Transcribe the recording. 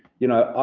you know,